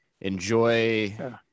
enjoy